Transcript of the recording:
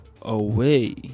away